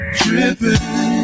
dripping